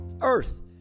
Earth